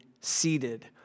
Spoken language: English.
seated